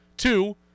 Two